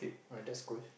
that's good